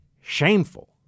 Shameful